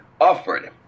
offered